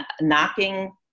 knocking